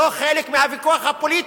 היא לא חלק מהוויכוח הפוליטי.